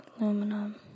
aluminum